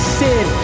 sin